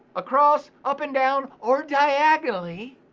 across, up and down, or diagonally,